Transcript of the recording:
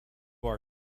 our